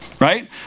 right